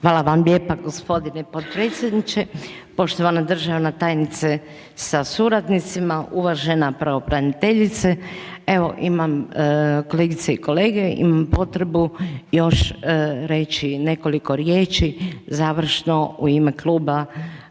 Hvala vam lijepa g. potpredsjedniče. Poštovana državna tajnice sa suradnicima, uvažena pravobraniteljice. Kolegice i kolege. Imam potrebu još reći nekoliko riječi završno u ime Kluba